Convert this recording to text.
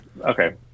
Okay